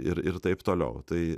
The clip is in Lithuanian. ir ir taip toliau tai